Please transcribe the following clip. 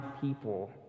people